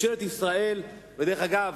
דרך אגב,